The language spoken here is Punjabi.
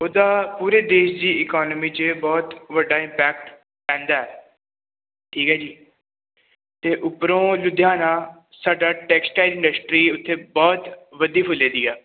ਉਹਦਾ ਪੂਰੇ ਦੇਸ਼ ਦੀ ਇਕੋਨਮੀ 'ਚ ਬਹੁਤ ਵੱਡਾ ਇਮਪੈਕਟ ਪੈਂਦਾ ਠੀਕ ਹੈ ਜੀ ਅਤੇ ਉੱਪਰੋਂ ਲੁਧਿਆਣਾ ਸਾਡਾ ਟੈਕਸਟਾਈਲ ਇੰਡਸਟਰੀ ਉੱਥੇ ਬਹੁਤ ਵਧੀ ਫੁਲੇ ਦੀ ਆ